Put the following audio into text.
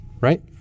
right